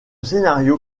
scénario